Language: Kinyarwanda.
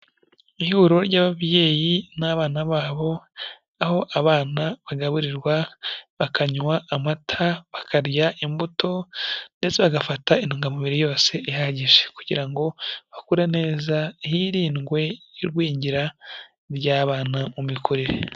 Ihuriro ry'ababyeyi n'abana babo aho abana bagaburirwa, bakanywa amata, bakarya imbuto ndetse bagafata intungamubiri yose ihagije kugira ngo bakure neza hirindwe igwingira ry'abana mu mikorere.